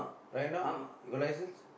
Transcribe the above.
right now you got licence